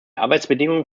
arbeitsbedingungen